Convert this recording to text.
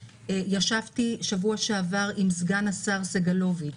ישבתי בשבוע שעבר עם סגן השר סגלוביץ'